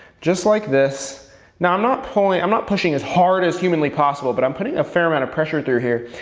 just like this. now, i'm not pulling, i'm not pushing as hard as humanly possible, but i'm putting a fair amount of pressure through here.